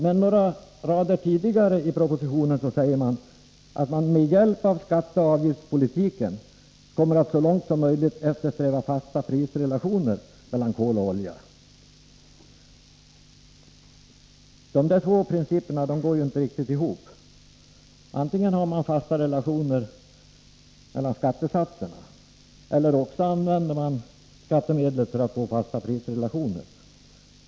Men några rader tidigare i propositionen sägs det att man med hjälp av skatteoch avgiftspolitiken kommer att så långt som möjligt eftersträva fasta prisrelationer mellan kol och olja. De där två principerna går ju inte riktigt ihop. Antingen har man fasta relationer mellan skattesatserna eller också använder man skattemedlet för att få fasta prisrelationer.